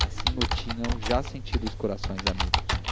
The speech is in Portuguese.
assim o tinham já sentido os corações amigos